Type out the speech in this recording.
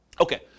Okay